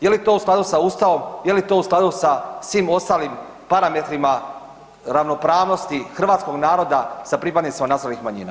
Je li to u skladu sa Ustavom, je li to u skladu sa svim ostalim parametrima ravnopravnosti hrvatskog naroda sa pripadnicima nacionalnih manjina?